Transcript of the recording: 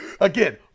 Again